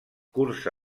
cursa